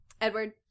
Edward